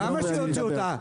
למה שיוציאו אותה?